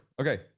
Okay